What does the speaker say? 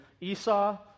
Esau